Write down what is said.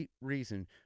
reason